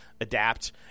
adapt